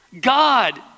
God